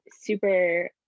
super